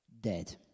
dead